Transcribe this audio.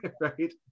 right